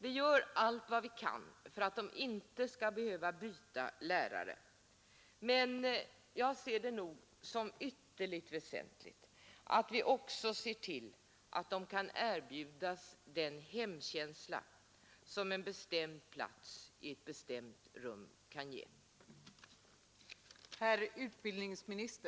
Vi gör allt vad vi kan för att de inte skall behöva byta lärare, men jag ser det nog som ytterligt väsentligt att vi ser till att de kan erbjudas den hemkänsla som en bestämd plats i ett bestämt rum kan ge.